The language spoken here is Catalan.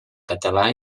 català